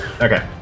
Okay